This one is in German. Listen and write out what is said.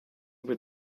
wird